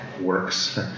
works